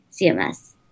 CMS